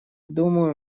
думаю